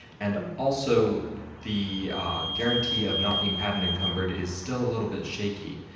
and also the guarantee of not being patent-encumbered is still a little bit shaky,